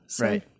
Right